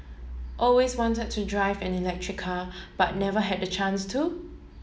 always wanted to drive an electric car but never had the chance to